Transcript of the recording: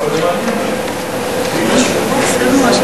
אתה מפריע.